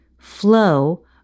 flow